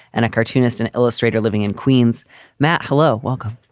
and a cartoonist and illustrator living in queens matt, hello. welcome.